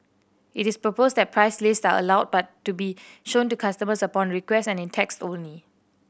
it is proposed that price lists are allowed but to be shown to customers upon request and in text only